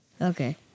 Okay